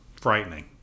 frightening